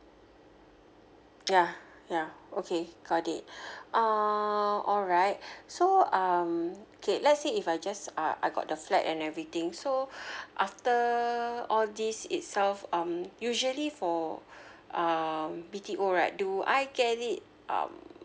ya ya okay got it uh alright so um okay let's say if I just uh I got the flat and everything so after all these itself um usually for uh B_T_O right do I can it um